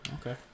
Okay